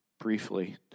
briefly